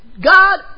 God